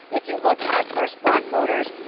if you look at first black voters,